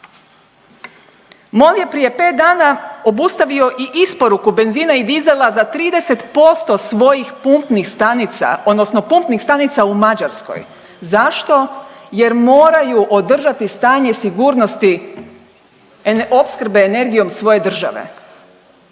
MOL je prije 5 dana obustavio i isporuku benzina i dizela za 30% svojih pumpnih stanica, odnosno pumpnih stanica u Mađarskoj. Zašto? Jer moraju održati stanje sigurnost opskrbe energijom svoje države.